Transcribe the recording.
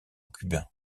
cubain